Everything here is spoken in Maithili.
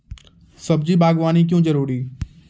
सब्जी बागवानी क्यो जरूरी?